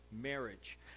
marriage